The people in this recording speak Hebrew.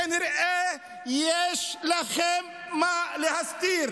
כנראה יש לכם מה להסתיר.